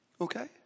Okay